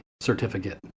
certificate